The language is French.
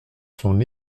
son